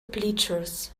bleachers